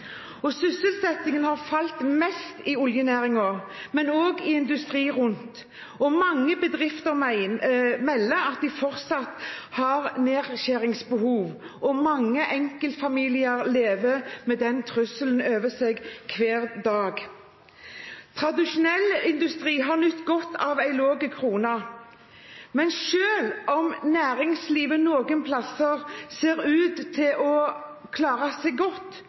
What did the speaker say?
Sysselsettingen har falt mest i oljenæringen, men også i industri rundt. Mange bedrifter melder at de fortsatt har nedskjæringsbehov, og mange enkeltfamilier lever med denne trusselen over seg hver dag. Tradisjonell industri har nytt godt av en lav kronekurs, men selv om næringslivet noen plasser ser ut til å klare seg godt, er det deler av landet som ikke greier seg så godt,